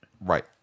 Right